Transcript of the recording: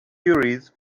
theories